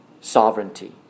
sovereignty